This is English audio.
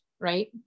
right